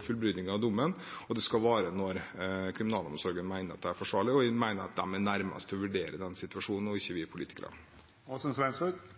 fullbyrdelsen av dommen, og det skal være når kriminalomsorgen mener det er forsvarlig. Jeg mener at de er de nærmeste til å vurdere den situasjonen og ikke vi politikere.